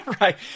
Right